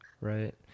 Right